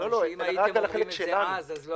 מכיוון שאם הייתם אומרים את זה אז,